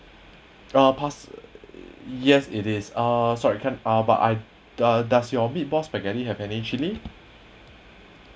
ah past~ uh yes it is uh sorry can uh but I does does your meatball spaghetti have any chilli